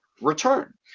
return